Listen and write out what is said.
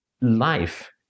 life